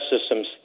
Systems